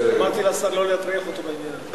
אמרתי לשר, לא להטריח אותו בעניין.